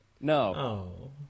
No